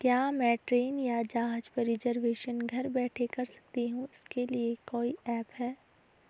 क्या मैं ट्रेन या जहाज़ का रिजर्वेशन घर बैठे कर सकती हूँ इसके लिए कोई ऐप है?